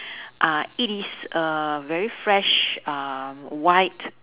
uh it is a very fresh uh white